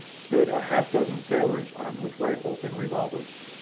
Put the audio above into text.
stood a half-dozen sailors armed with rifles and revolvers.